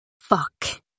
Fuck